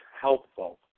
helpful